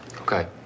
Okay